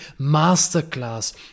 Masterclass